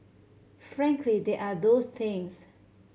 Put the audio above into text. frankly there are those things